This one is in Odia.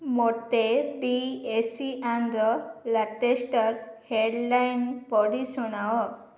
ମୋତେ ଦି ଏସିଆନ୍ର ଲାଟେଷ୍ଟର ହେଡ଼୍ ଲାଇନ୍ ପଢ଼ି ଶୁଣାଅ